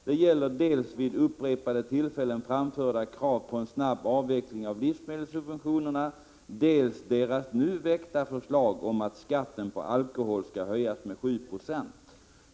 Det gäller dels deras vid upprepade tillfällen framförda krav på en snabb avveckling av livsmedelssubventionerna, dels deras nu väckta förslag om att skatten på alkohol skall höjas med 7 20.